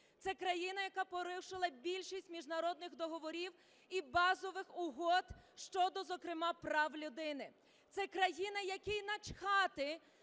Це країна, яка порушила більшість міжнародних договорів і базових угод, щодо, зокрема, прав людини. Це країна, якій начхати